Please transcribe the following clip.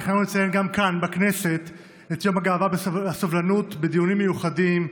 תכננו לציין גם כאן בכנסת את יום הגאווה והסובלנות בדיונים מיוחדים,